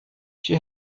she